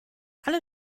alle